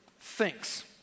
thinks